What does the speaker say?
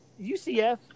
UCF